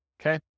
okay